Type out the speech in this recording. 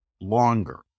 longer